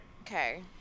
Okay